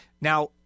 Now